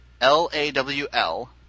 L-A-W-L